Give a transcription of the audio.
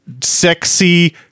sexy